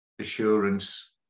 assurance